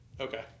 Okay